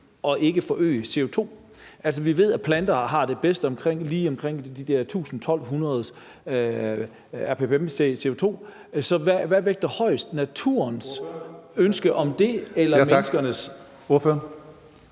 end ikke at forøge CO2? Vi ved, at planterne har det bedst lige omkring de der 1.000-1.200 ppm CO2. Så hvad vægter højest? Naturens ønske om det eller menneskernes? Kl. 16:17 Tredje